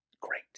great